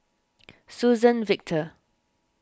Suzann Victor